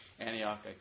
Antioch